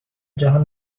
جهان